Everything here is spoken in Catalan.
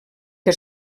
que